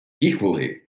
equally